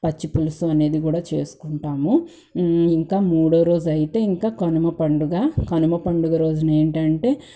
పచ్చి పులుసు అనేది కూడా చేసుకుంటాము ఇంకా మూడో రోజైతే ఇంక కనుమ పండుగ కనుమ పండుగ రోజునేంటంటే